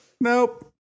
Nope